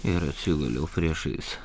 ir atsiguliau priešais